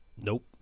Nope